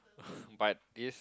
but this